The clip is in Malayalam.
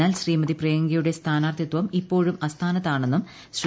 എന്നാൽ ശ്രീമതി പ്രിയങ്കയുടെ സ്ഥാനാർത്ഥിത്വം ഇപ്പോഴും അസ്ഥാനത്താണെന്നും ശ്രീ